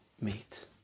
meet